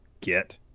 get